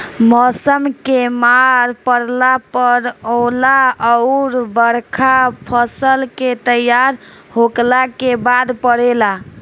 मौसम के मार पड़ला पर ओला अउर बरखा फसल के तैयार होखला के बाद पड़ेला